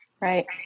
right